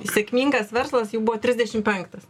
sėkmingas verslas jų buvo trisdešim penktas